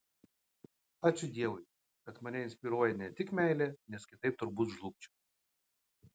ačiū dievui kad mane inspiruoja ne tik meilė nes kitaip turbūt žlugčiau